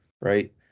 right